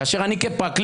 כאשר אני כפרקליט,